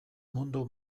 mundu